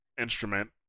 instrument